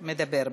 מדבר.